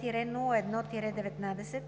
002-01-19,